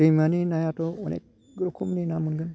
दैमानि नायाथ' अनेक रोखोमनि ना मोनगोन